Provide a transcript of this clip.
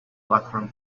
bathroom